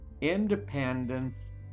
Independence